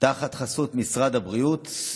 תחת חסות משרד הבריאות.